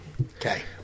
Okay